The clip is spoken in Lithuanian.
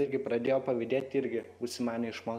irgi pradėjo pavydėti irgi užsimanė išmokt